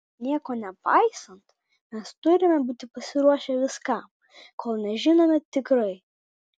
nieko nepaisant mes turime būti pasiruošę viskam kol nežinome tikrai